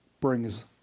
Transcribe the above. brings